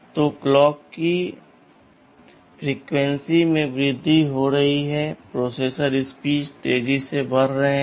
तो घड़ी की आवृत्तियों में वृद्धि हो रही है प्रोसेसर स्पीड तेजी से बढ़ रहे हैं